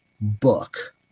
book